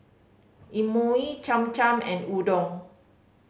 Imoni Cham Cham and Udon